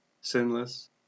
sinless